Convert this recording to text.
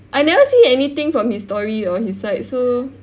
I never see anything from his story or his side so